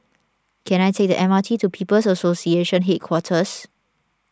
can I take the M R T to People's Association Headquarters